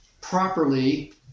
properly